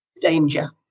danger